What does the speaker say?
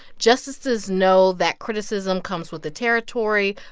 justices know that criticism comes with the territory.